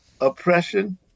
oppression